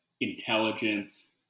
intelligence